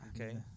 Okay